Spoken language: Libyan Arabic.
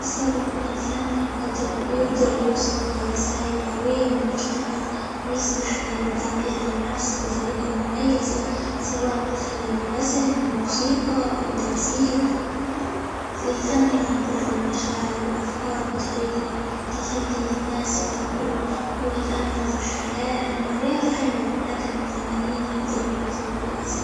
السبب إن الفن -يقدر- يقدر يوصل لرسايل قوية للمجتمع، ويسمح لي بالتعبير عن نفسي بطريقة مميزة، سواء من خلال الرسم، الموسيقى، أو التمثيل، الفن يعبر عن مشاعر، وأفكار بطريقة تخلي الناس يفكروا، ويتأملوا في الحياة، أما الرياضة حلوة، لكن الفنانين يقدروا يتركوا أثر.